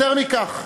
יותר מכך,